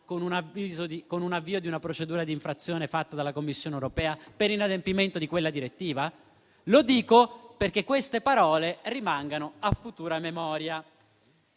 con l'avvio di procedura di infrazione da parte della Commissione europea per inadempimento di quella direttiva? Lo dico perché queste parole rimangano a futura memoria.